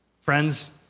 friends